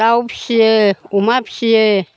दाव फिसियो अमा फिसियो